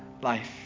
life